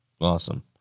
Awesome